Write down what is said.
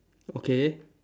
okay